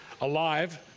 alive